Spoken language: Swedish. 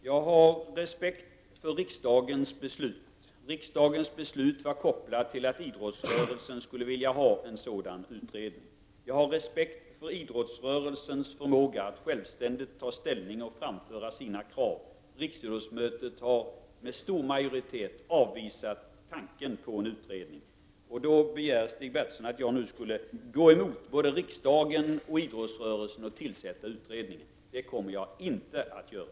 Herr talman! Jag har respekt för riksdagens beslut, som var kopplat till att idrottsrörelsen ville ha en sådan utredning. Jag har respekt för idrottsrörelsens förmåga att självständigt ta ställning och framföra sina krav. Riksidrottsmötet har med stor majoritet avvisat tanken på en utredning. Stig Bertilsson begär nu att jag skall gå emot både riksdagen och idrottsrörelsen och tillsätta utredningen. Det kommer jag inte att göra.